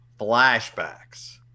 flashbacks